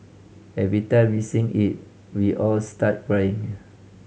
every time we sing it we all start crying